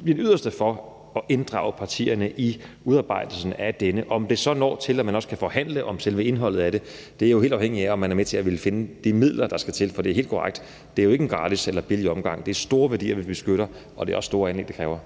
mit yderste for at inddrage partierne i udarbejdelsen af denne. Om det så når det punkt, hvor man også kan forhandle om selve indholdet af det, er jo helt afhængigt af, om man vil være med til at finde de midler, der skal til. For det er helt korrekt, at det jo ikke er en gratis eller billig omgang. Det er store værdier, vi beskytter, og det er også store anlæg, som det kræver.